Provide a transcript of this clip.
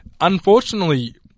unfortunately